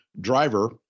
driver